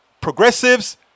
progressives